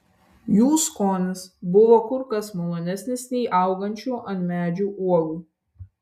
jų skonis buvo kur kas malonesnis nei augančių ant medžių uogų